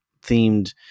themed